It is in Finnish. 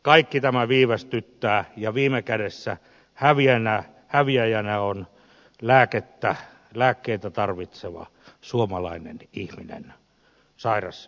kaikki tämä viivästyttää ja viime kädessä häviäjänä on lääkkeitä tarvitseva suomalainen ihminen sairas ihminen